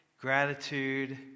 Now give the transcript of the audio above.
gratitude